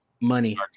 money